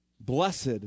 Blessed